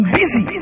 busy